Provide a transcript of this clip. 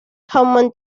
common